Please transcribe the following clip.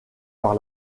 par